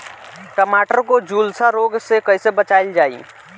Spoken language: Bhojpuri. टमाटर को जुलसा रोग से कैसे बचाइल जाइ?